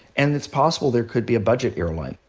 and it's possible there could be a budget airline.